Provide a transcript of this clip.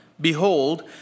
behold